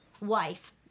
wife